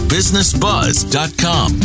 BusinessBuzz.com